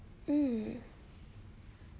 mm